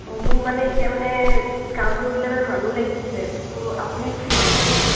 অঁ মোৰ মানে এতিয়া মানে কাম কৰিবলৈ মানে মানুহ লাগিছিলে তো আপুনি ফ্ৰী আছে নেকি